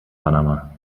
panama